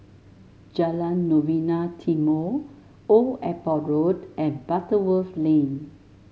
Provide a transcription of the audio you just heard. Jalan Novena Timor Old Airport Road and Butterworth Lane